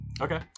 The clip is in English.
okay